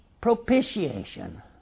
propitiation